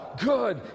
good